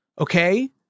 okay